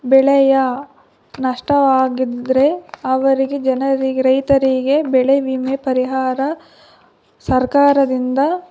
ಬೆಳೆಯ ನಷ್ಟವಾಗಿದ್ದರೆ ಅವರಿಗೆ ಜನರಿಗೆ ರೈತರಿಗೆ ಬೆಳೆ ವಿಮೆ ಪರಿಹಾರ ಸರ್ಕಾರದಿಂದ